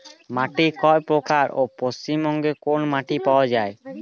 মাটি কয় প্রকার ও পশ্চিমবঙ্গ কোন মাটি পাওয়া য়ায়?